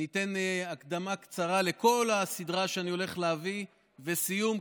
אני אתן הקדמה קצרה לכל הסדרה שאני הולך להביא וסיום,